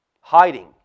Hiding